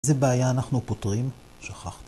איזה בעיה אנחנו פותרים? שכחתם.